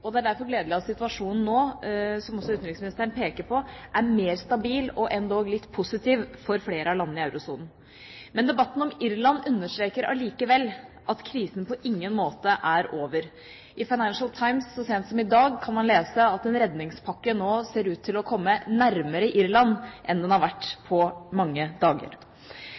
Det er derfor gledelig at situasjonen nå, som også utenriksministeren peker på, er mer stabil og endog litt positiv for flere av landene i eurosonen. Debatten om Irland understreker allikevel at krisen på ingen måte er over. I Financial Times så sent som i dag kan man lese at en redningspakke nå ser ut til å komme nærmere Irland enn den har vært på mange dager.